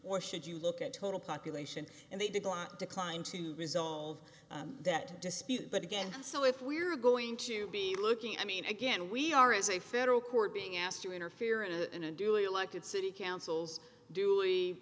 or should you look at total population and they decline declined to resolve that dispute but again so if we're going to be looking i mean again we are as a federal court being asked to interfere in a in a duly elected city council's d